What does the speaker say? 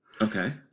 Okay